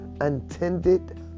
Untended